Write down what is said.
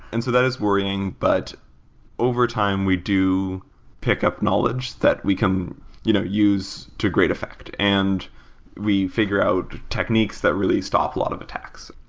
and so that is worrying, but overtime we do pick up knowledge that we can you know use to great effect, and we figure out techniques that really stop a lot of attacks.